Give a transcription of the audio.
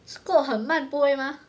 scope 很慢不会吗